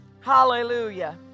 hallelujah